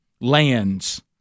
lands